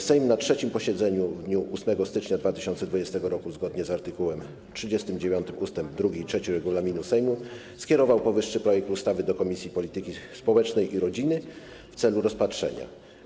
Sejm na 3. posiedzeniu w dniu 8 stycznia 2020 r., zgodnie z art. 39 ust. 2 i 3 regulaminu Sejmu, skierował powyższy projekt ustawy do Komisji Polityki Społecznej i Rodziny w celu rozpatrzenia.